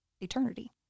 eternity